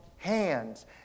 hands